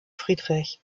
friedrich